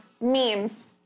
Memes